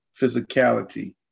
physicality